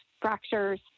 fractures